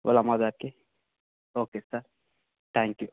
వాళ్ళ మదర్కి okay sir thank you